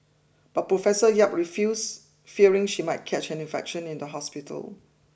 but Professor Yap refused fearing she might catch an infection in the hospital